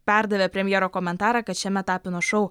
perdavė premjero komentarą kad šiame tapino šou